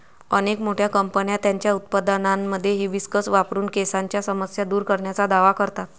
अनेक मोठ्या कंपन्या त्यांच्या उत्पादनांमध्ये हिबिस्कस वापरून केसांच्या समस्या दूर करण्याचा दावा करतात